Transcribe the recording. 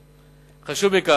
2. חשוב מכך,